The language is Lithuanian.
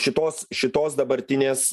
šitos šitos dabartinės